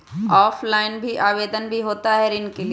Offline भी आवेदन भी होता है ऋण के लिए?